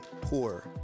poor